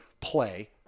play